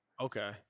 Okay